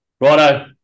Righto